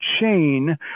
chain